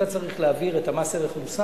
אתה צריך להעביר את מס ערך מוסף.